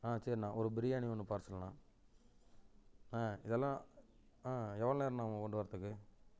ஆ சரிண்ணா ஒரு பிரியாணி ஒன்று பார்சல்ண்ணா ஆ இதெல்லாம் ஆ எவ்வளோ நேரண்ணா ஆகும் கொண்டு வர்றதுக்கு